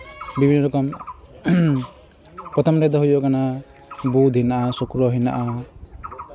ᱵᱤᱵᱷᱤᱱᱱᱚ ᱨᱚᱠᱚᱢ ᱯᱨᱚᱛᱷᱚᱢ ᱨᱮᱫᱚ ᱦᱩᱭᱩᱜ ᱠᱟᱱᱟ ᱵᱩᱫᱷ ᱦᱮᱱᱟᱜᱼᱟ ᱥᱩᱠᱨᱚ ᱦᱮᱱᱟᱜᱼᱟ